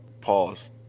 Pause